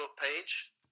page